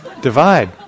divide